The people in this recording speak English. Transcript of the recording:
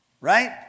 Right